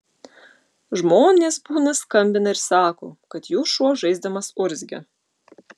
žmonės būna skambina ir sako kad jų šuo žaisdamas urzgia